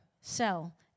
sell